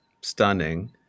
stunning